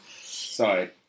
Sorry